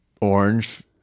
orange